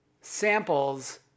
Samples